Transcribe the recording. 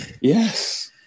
Yes